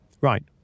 Right